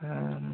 অঁ